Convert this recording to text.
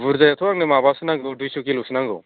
बुराजायाथ' आंनो माबासो नांगौ दुयस' किल'सो नांगौ